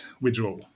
withdraw